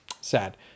Sad